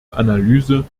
analyse